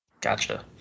Gotcha